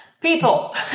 People